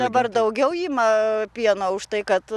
dabar daugiau ima pieną už tai kad